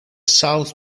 south